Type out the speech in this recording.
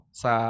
sa